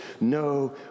no